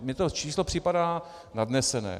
Mně to číslo připadá nadnesené.